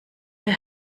ihr